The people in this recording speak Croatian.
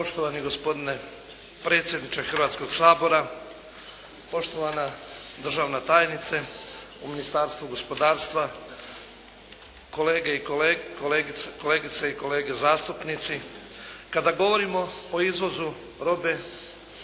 Poštovani gospodine predsjedniče Hrvatskoga sabora, poštovana državna tajnice u Ministarstvu gospodarstva, kolegice i kolege zastupnici. Kada govorimo o izvozu robe